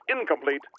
incomplete